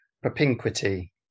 propinquity